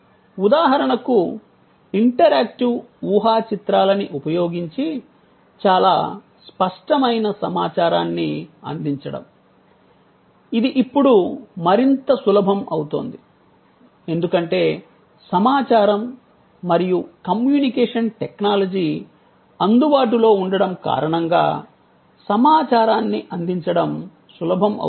ఉదాహరణకు ఇంటరాక్టివ్ ఊహాచిత్రాలని ఉపయోగించి చాలా స్పష్టమైన సమాచారాన్ని అందించడం ఇది ఇప్పుడు మరింత సులభం అవుతోంది ఎందుకంటే సమాచారం మరియు కమ్యూనికేషన్ టెక్నాలజీ అందుబాటులో ఉండడం కారణంగా సమాచారాన్ని అందించడం సులభం అవుతోంది